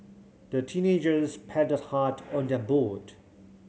the teenagers paddled hard on their boat